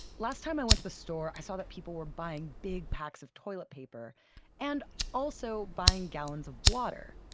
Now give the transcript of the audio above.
last time i went to the store, i saw that people were buying big packs of toilet paper and also buying gallons of water.